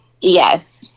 Yes